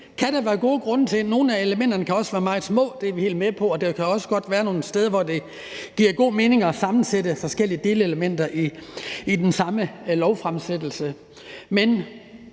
Nogle af elementerne kan også være meget små, det er vi helt med på, og der kan også godt være nogle tilfælde, hvor det giver god mening at sammensætte forskellige delelementer i den samme lovfremsættelse.